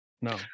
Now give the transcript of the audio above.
no